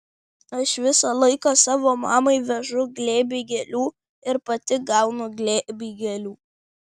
aš visą laiką savo mamai vežu glėbį gėlių ir pati gaunu glėbį gėlių